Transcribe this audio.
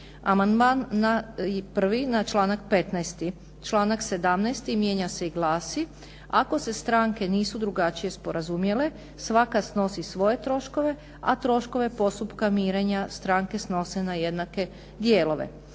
Amandman 1. na članak 15., članak 17. mijenja se i glasi: "ako se stranke nisu drugačije sporazumjele, svaka snosi svoje troškove, a troškove postupka mirenja stranke snose na jednake dijelove".